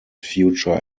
future